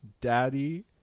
Daddy